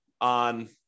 on